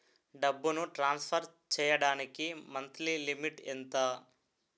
డబ్బును ట్రాన్సఫర్ చేయడానికి monthly limit ఎంత?